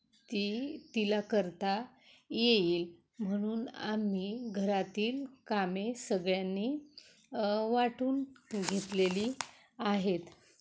ती तिला करता येईल म्हणून आम्ही घरातील कामे सगळ्यांनी वाटून घेतलेली आहेत